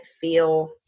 feel